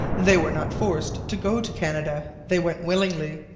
they were not forced to go to canada. they went willingly.